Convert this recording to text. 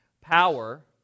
power